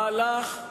הובלתם